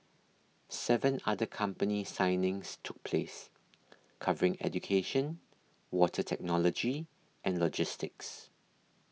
seven other company signings took place covering education water technology and logistics